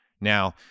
Now